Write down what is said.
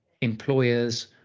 employers